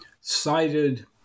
cited